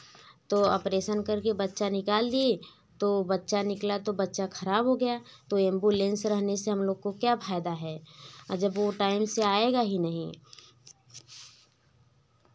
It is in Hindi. तो ऑपरेशन करके बच्चा निकाल दिए तो बच्चा निकला तो बच्चा खराब हो गया तो एम्बुलेंस रहने से हम लोग को क्या फ़ायदा है आ जब वह टाइम से आएगा ही नहीं